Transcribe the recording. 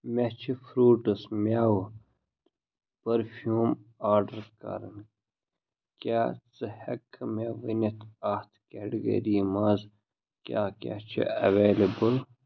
مےٚ چھِ فرٛوٗٹٕس مٮ۪وٕ پٔرفیٛوٗم آرڈر کَرٕنۍ کیٛاہ ژٕ ہٮ۪کہٕ مےٚ ؤنِتھ اَتھ کیٹگٔری منٛز کیٛاہ کیٛاہ چھِ ایٚویلیبُل